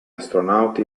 astronauti